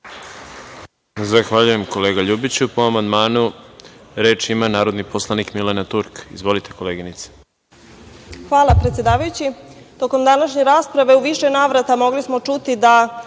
Zahvaljujem, kolega Ljubiću. Po amandmanu reč ima narodni poslanik Milena Turk. Izvolite. **Milena Turk** Hvala, predsedavajući. Tokom današnje rasprave u više navrata mogli smo čuti da